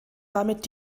damit